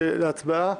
להצבעה.